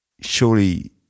surely